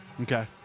Okay